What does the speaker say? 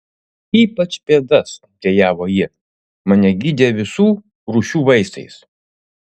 ypač pėdas dejavo ji mane gydė visų rūšių vaistais